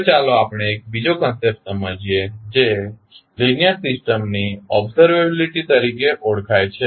હવે ચાલો આપણે એક બીજો કંસેપ્ટ સમજીએ જે લીનીઅર સિસ્ટમ ની ઓબ્ઝર્વેબીલીટી તરીકે ઓલખાય છે